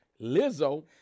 Lizzo